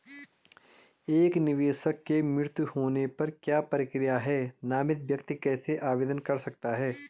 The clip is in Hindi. एक निवेशक के मृत्यु होने पर क्या प्रक्रिया है नामित व्यक्ति कैसे आवेदन कर सकता है?